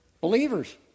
Believers